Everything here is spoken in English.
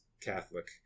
Catholic